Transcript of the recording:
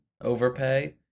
overpay